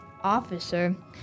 officer